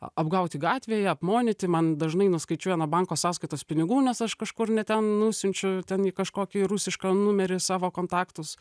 apgauti gatvėje apmonyti man dažnai nuskaičiuoja nuo banko sąskaitos pinigų nes aš kažkur ne ten nusiunčiu ten į kažkokį rusišką numerį savo kontaktus